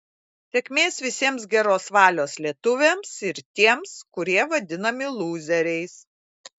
sėkmės visiems geros valios lietuviams ir tiems kurie vadinami lūzeriais